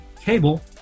cable